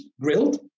grilled